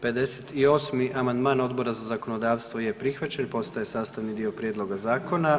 58. amandman Odbora za zakonodavstvo je prihvaćen i postaje sastavni dio prijedloga zakona.